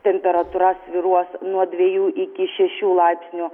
temperatūra svyruos nuo dviejų iki šešių laipsnių